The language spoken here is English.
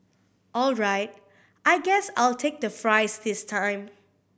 all right I guess I'll take the fries this time